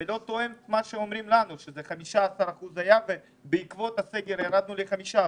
וזה לא תואם את מה שאמרו לנו שזה היה 15% ובעקבות הסגר ירדנו ל-5%.